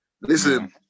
Listen